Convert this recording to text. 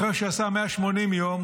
אחרי שהוא עשה 180 יום,